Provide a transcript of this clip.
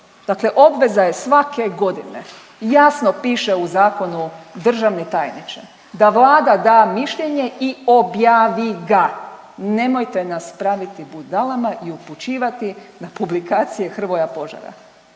dakle obveza je svake godine jasno piše u zakonu državni tajniče, da Vlada da mi mišljenje i objavi ga. Nemojte nas praviti budalama i upućivati na publikacije Hrvoja Požara